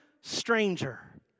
stranger